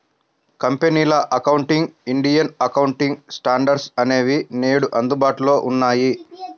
కంపెనీల accounting, Indian accounting standards అనేవి నేడు అందుబాటులో ఉన్నాయి